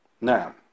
Now